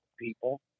people